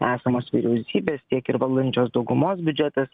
esamos vyriausybės tiek ir valdančios daugumos biudžetas